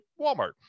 Walmart